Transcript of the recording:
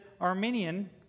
Arminian